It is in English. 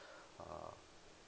uh